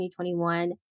2021